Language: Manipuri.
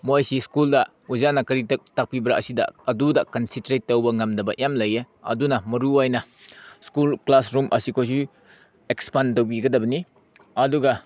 ꯃꯣꯏꯁꯤ ꯁ꯭ꯀꯨꯜꯗ ꯑꯣꯖꯥꯅ ꯀꯔꯤ ꯇꯥꯛꯄꯤꯕ꯭ꯔꯥ ꯑꯁꯤꯗ ꯑꯗꯨꯗ ꯀꯟꯁꯟꯇ꯭ꯔꯦꯠ ꯇꯧꯕ ꯉꯝꯗꯕ ꯌꯥꯝ ꯂꯩꯌꯦ ꯑꯗꯨꯅ ꯃꯔꯨ ꯑꯣꯏꯅ ꯁ꯭ꯀꯨꯜ ꯀ꯭ꯂꯥꯁꯔꯨꯝ ꯑꯁꯤꯈꯣꯏꯁꯤ ꯑꯦꯛꯁꯄꯥꯟ ꯇꯧꯕꯤꯒꯗꯕꯅꯤ ꯑꯗꯨꯒ